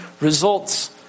results